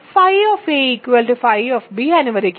φ φ അനുവദിക്കുക